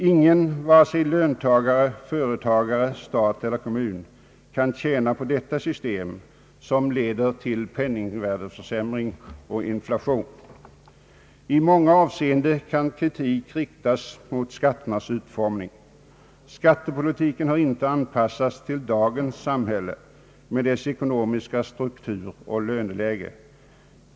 Ingen, vare sig löntagare, företagare eller stat och kommun, kan tjäna på detta system, som leder till penningvärdeförsämring och inflation. I många avseenden kan kritik riktas mot skatternas utformning. Skattepolitiken har inte anpassats till dagens samhälle med dess ekonomiska struktur och löneläge.